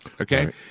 okay